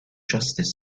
justice